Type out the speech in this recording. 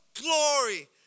glory